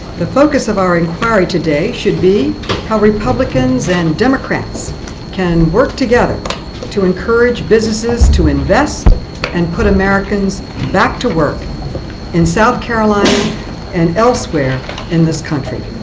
the focus of our inquiry today should be how republicans and democrats can work together to encourage businesses to invest and put americans back to work in south carolina and elsewhere in this country.